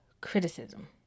criticism